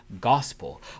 gospel